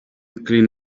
clean